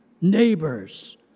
neighbors